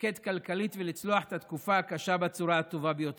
לתפקד כלכלית ולצלוח את התקופה הקשה בצורה הטובה ביותר.